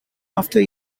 after